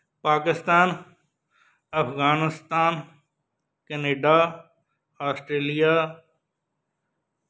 Pakistan Afghanistan Canada Australia